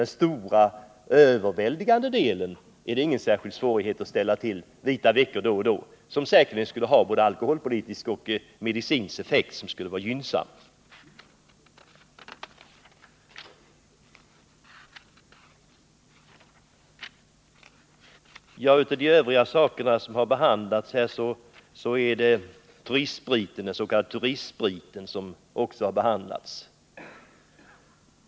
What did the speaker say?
Men på det övervägande antalet försäljningsställen lär det inte vara särskilt svårt att has.k. vita veckor då och då. Det skulle få gynnsamma effekter både alkoholpolitiskt och medicinskt. Här har också frågan om dens.k. turistspriten behandlats.